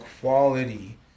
quality